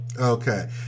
Okay